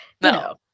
no